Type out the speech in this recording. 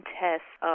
tests